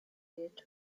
yet